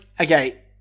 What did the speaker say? Okay